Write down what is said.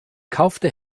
kaufte